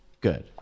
Good